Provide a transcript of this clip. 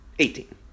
Eighteen